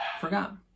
forgot